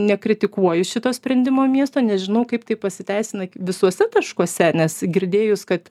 nekritikuoju šito sprendimo miesto nežinau kaip tai pasiteisina visuose taškuose nes girdėjus kad